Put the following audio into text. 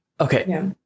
okay